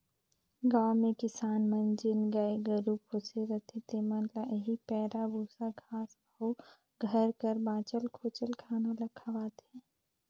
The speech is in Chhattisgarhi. गाँव में किसान मन जेन गाय गरू पोसे रहथें तेमन ल एही पैरा, बूसा, घांस अउ घर कर बांचल खोंचल खाना ल खवाथें